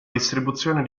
distribuzione